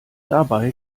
dabei